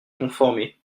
conformer